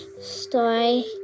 story